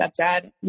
stepdad